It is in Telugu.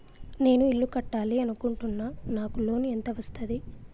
నేను ఇల్లు కట్టాలి అనుకుంటున్నా? నాకు లోన్ ఎంత వస్తది?